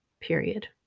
period